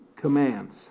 commands